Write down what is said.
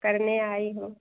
करने आई हो